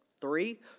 Three